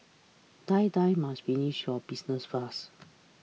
Die Die must finish your business fast